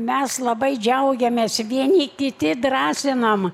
mes labai džiaugiamės vieni kiti drąsinam